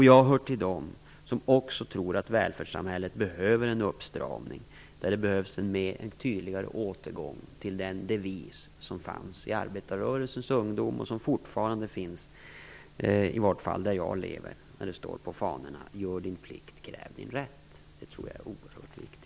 Jag hör till dem som också tror att välfärdssamhället behöver en uppstramning och en tydligare återgång till devisen från arbetarrörelsens ungdom - Gör din plikt, kräv din rätt, som det står på fanorna. Den gäller fortfarande, i alla fall där jag lever. Det tror jag är oerhört viktigt.